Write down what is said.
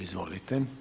Izvolite.